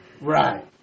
Right